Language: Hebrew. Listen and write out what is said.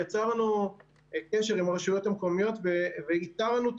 יצרנו קשר עם הרשויות המקומיות ואיתרנו את